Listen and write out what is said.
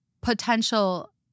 potential